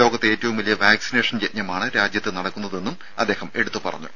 ലോകത്തെ ഏറ്റവും വലിയ വാക്സിനേഷൻ യജ്ഞമാണ് രാജ്യത്ത് നടക്കുന്നതെന്നും അദ്ദേഹം എടുത്ത് പറഞ്ഞു